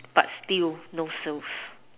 but still no sales